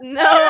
no